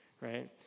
right